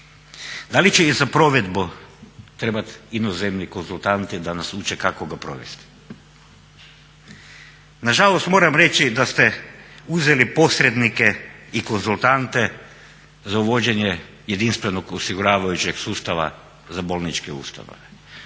Da li će i za provedbu trebati inozemni konzultanti da nas uče kako ga provesti? Na žalost moram reći da ste uzeli posrednike i konzultante za uvođenje jedinstvenog osiguravajućeg sustava za bolničke ustanove.